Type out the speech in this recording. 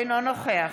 אינו נוכח